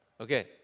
Okay